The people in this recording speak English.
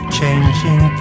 changing